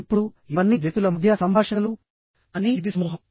ఇప్పుడు ఇవన్నీ వ్యక్తుల మధ్య సంభాషణలుకానీ ఇది సమూహం